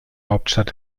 hauptstadt